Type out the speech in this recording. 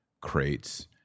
crates